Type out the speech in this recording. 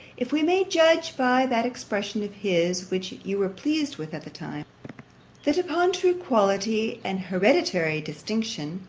if we may judge by that expression of his, which you were pleased with at the time that upon true quality, and hereditary distinction,